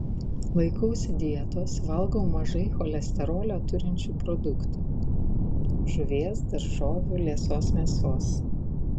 laikausi dietos valgau mažai cholesterolio turinčių produktų žuvies daržovių liesos mėsos